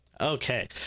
okay